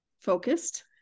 focused